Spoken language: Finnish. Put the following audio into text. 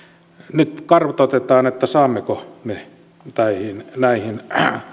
nyt kartoitetaan saammeko me näihin näihin